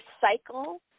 cycle